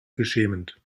beschämend